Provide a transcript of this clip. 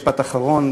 משפט אחרון,